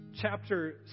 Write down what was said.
chapter